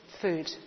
food